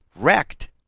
wrecked